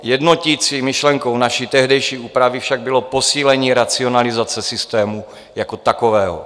Jednotící myšlenkou tehdejší úpravy však bylo posílení racionalizace systému jako takového.